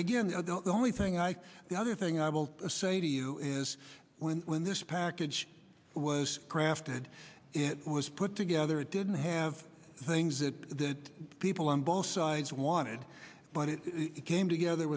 guess the only thing i the other thing i will say to you is when when this package was crafted it was put together it didn't have things that people on both sides wanted but it came together